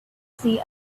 see